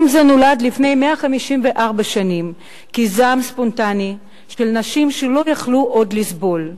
יום זה נולד לפני 154 שנים כזעם ספונטני של נשים שלא יכלו עוד לסבול,